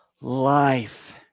life